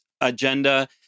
agenda